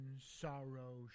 sorrow